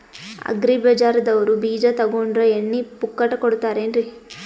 Agri ಬಜಾರದವ್ರು ಬೀಜ ತೊಗೊಂಡ್ರ ಎಣ್ಣಿ ಪುಕ್ಕಟ ಕೋಡತಾರೆನ್ರಿ?